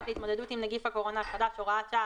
להתמודדות עם נגיף הקורונה החדש (הוראת שעה),